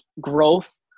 growth